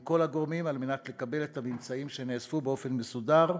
כל הגורמים על מנת לקבל את הממצאים שנאספו באופן מסודר.